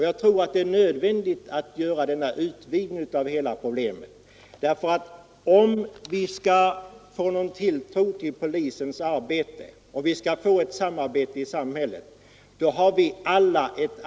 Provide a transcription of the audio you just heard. Jag tror det är nödvändigt att göra denna utvidgning av hela problemet. Vi har alla ansvar för att vi kan skapa tilltro till polisens arbete och få ett samarbete till stånd i samhället.